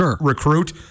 recruit